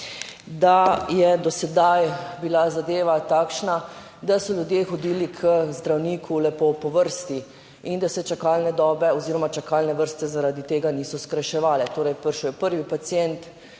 da je do sedaj bila zadeva takšna, da so ljudje hodili k zdravniku lepo po vrsti in da se čakalne dobe oziroma čakalne vrste zaradi tega niso skrajševale, torej prišel je prvi pacient,